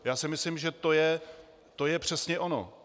Já si myslím, že to je přesně ono!